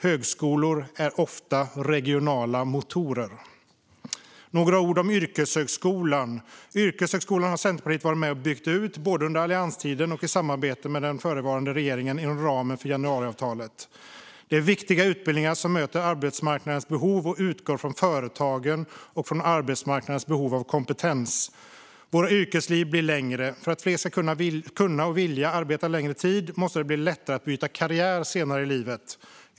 Högskolor är ofta regionala motorer. Jag vill också säga några ord om yrkeshögskolan. Centerpartiet har varit med och byggt ut yrkeshögskolan både under allianstiden och i samarbete med den förutvarande regeringen inom ramen för januariavtalet. Det är viktiga utbildningar som möter arbetsmarknadens behov och utgår från företagen och från arbetsmarknadens behov av kompetens. Våra yrkesliv blir längre. För att fler ska kunna och vilja arbeta längre måste det bli lättare att byta karriär senare i livet.